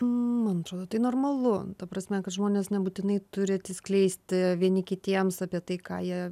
man atrodo tai normalu ta prasme kad žmonės nebūtinai turi atsiskleisti vieni kitiems apie tai ką jie